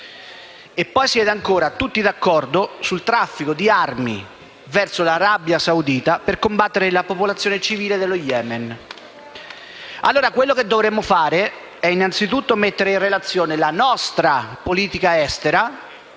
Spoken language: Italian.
siete ancora tutti d'accordo sul traffico di armi verso l'Arabia Saudita per combattere la popolazione civile dello Yemen. Ebbene, ciò che dovremo fare è innanzitutto mettere in relazione la politica estera